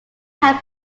had